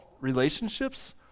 relationships